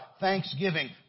thanksgiving